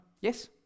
Yes